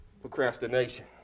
Procrastination